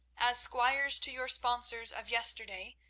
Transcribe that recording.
as squires to your sponsors of yesterday,